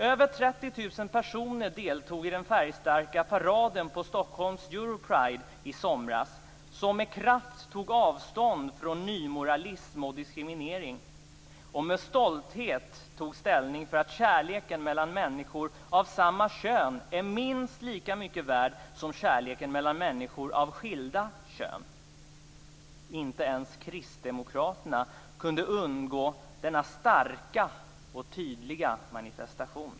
Över 30 000 personer deltog i den färgstarka paraden på Stockholm Euro Pride i somras som med kraft tog avstånd från nymoralism och diskriminering och med stolthet tog ställning för att kärleken mellan människor av samma kön är minst lika mycket värt som kärleken mellan människor av skilda kön. Inte ens Kristdemokraterna kunde undgå denna starka och tydliga manifestation.